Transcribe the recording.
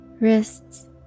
wrists